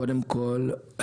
קודם כל,